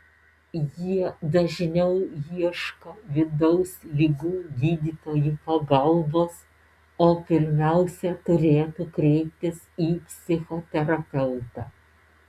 jie dažniau ieško vidaus ligų gydytojų pagalbos o pirmiausia turėtų kreiptis į psichoterapeutą